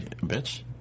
Bitch